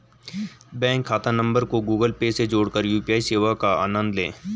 bank खाता नंबर को गूगल पे से जोड़कर यू.पी.आई सेवा का आनंद लें